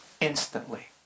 Instantly